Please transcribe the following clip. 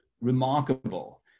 remarkable